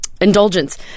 Indulgence